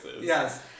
Yes